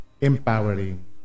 empowering